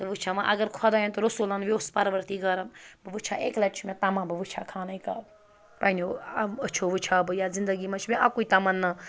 تہٕ وٕچھَو وَنۍ اگر خۄدایَن تہٕ رسوٗلَن یوٚژھ پَروَردِگارَن بہٕ وٕچھِ ہا اکہِ لَٹہِ چھِ مےٚ تَماہ بہٕ وٕچھِ ہا خانہ کعبہٕ پنٛنیو یِم أچھو وٕچھِ ہا بہٕ یَتھ زِندگی منٛز چھُ مےٚ اَکُے تَمنا